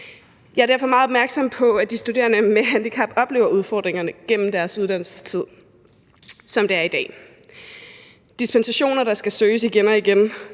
Jeg er derfor meget opmærksom på, at de studerende med handicap oplever udfordringer gennem deres uddannelsestid, som det er i dag. Det drejer sig om dispensationer, der skal søges igen og igen,